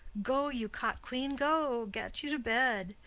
go, you cot-quean, go, get you to bed!